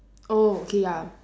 oh okay ya